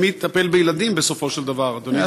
ומי יטפל בילדים, בסופו של דבר, אדוני השר?